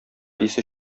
исе